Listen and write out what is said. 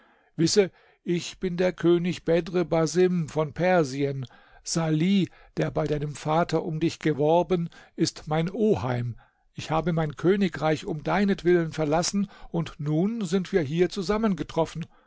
wisse ich bin der könig bedr basim von persien salih der bei deinem vater um dich geworben ist mein oheim ich habe mein königreich um deinetwillen verlassen und nun sind wir hier zusammengetroffen